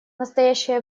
настоящее